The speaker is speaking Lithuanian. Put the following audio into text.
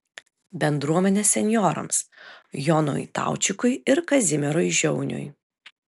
bendruomenės senjorams jonui taučikui ir kazimierui žiauniui